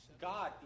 God